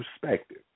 perspective